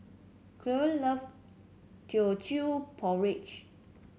Cyril love Teochew Porridge